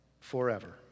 forever